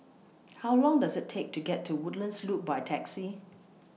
How Long Does IT Take to get to Woodlands Loop By Taxi